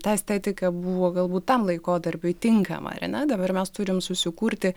ta estetika buvo galbūt tam laikotarpiui tinkama ar ne dabar mes turim susikurti